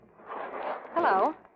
Hello